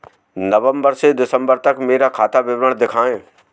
नवंबर से दिसंबर तक का मेरा खाता विवरण दिखाएं?